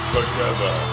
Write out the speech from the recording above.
Together